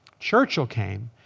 churchill came.